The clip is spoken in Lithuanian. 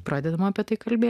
pradedame apie tai kalbėti